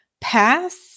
pass